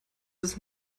ist